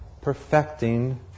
perfecting